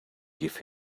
give